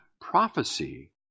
prophecy